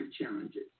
challenges